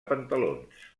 pantalons